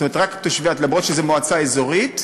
אף שזו מועצה אזורית,